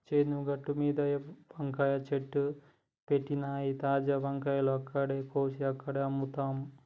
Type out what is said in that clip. చేను గట్లమీద వంకాయ చెట్లు పెట్టినమ్, తాజా వంకాయలు అక్కడే కోసి అక్కడే అమ్ముతాం